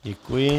Děkuji.